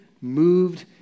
moved